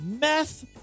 meth